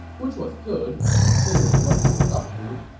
which was good considering what he was up to.